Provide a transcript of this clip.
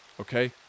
Okay